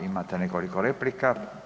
Imate nekoliko replika.